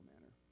manner